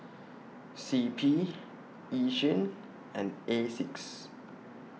C P Yishion and Asics